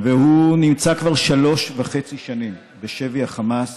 והוא נמצא כבר שלוש שנים וחצי בשבי החמאס